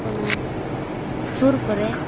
ᱚᱱᱟ ᱥᱩᱨ ᱠᱚᱨᱮ